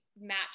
match